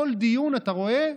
בכל דיון, אתה רואה,